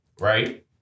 Right